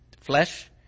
flesh